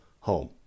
home